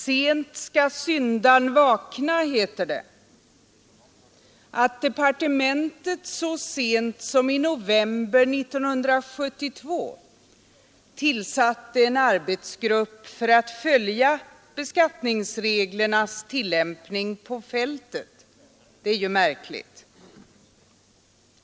Sent skall syndaren vakna, heter det. Att departementet så sent som i november 1972 tillsatte en arbetsgrupp för att följa skattereglernas tillämpning på fältet är ju märkligt.